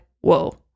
whoa